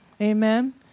Amen